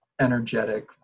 energetic